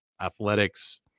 athletics